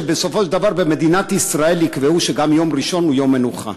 שבסופו של דבר במדינת ישראל יקבעו שגם יום ראשון הוא יום מנוחה,